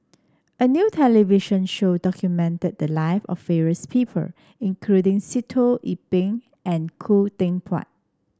a new television show documented the live of various people including Sitoh Yih Pin and Khoo Teck Puat